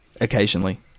occasionally